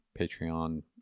Patreon